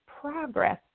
progress